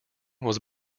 was